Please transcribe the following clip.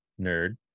nerd